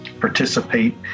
participate